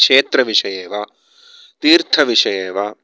क्षेत्रविषये वा तीर्थविषये वा